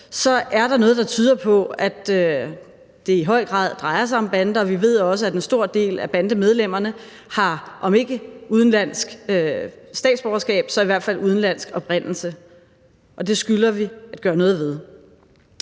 er der noget, der tyder på, at det i høj grad drejer sig om bander, og vi ved også, at en stor del af bandemedlemmerne har om ikke udenlandsk statsborgerskab så i hvert fald er af udenlandsk oprindelse, og det skylder vi at gøre noget ved.